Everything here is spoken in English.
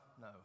No